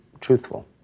truthful